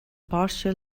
partial